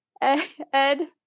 Ed